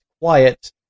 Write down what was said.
quiet